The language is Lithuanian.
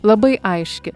labai aiški